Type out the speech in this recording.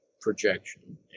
projection